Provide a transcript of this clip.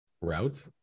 route